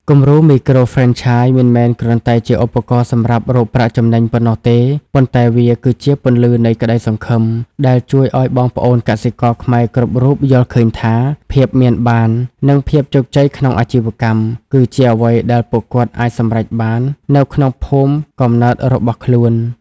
គំរូមីក្រូហ្វ្រេនឆាយមិនមែនគ្រាន់តែជាឧបករណ៍សម្រាប់រកប្រាក់ចំណេញប៉ុណ្ណោះទេ ប៉ុន្តែវាគឺជា "ពន្លឺនៃក្តីសង្ឃឹម" ដែលជួយឱ្យបងប្អូនកសិករខ្មែរគ្រប់រូបយល់ឃើញថា ភាពមានបាន និងភាពជោគជ័យក្នុងអាជីវកម្ម គឺជាអ្វីដែលពួកគាត់អាចសម្រេចបាននៅក្នុងភូមិកំណើតរបស់ខ្លួន។